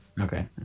okay